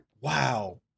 Wow